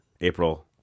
April